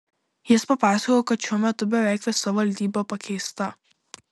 jis papasakojo kad šiuo metu beveik visa valdyba pakeista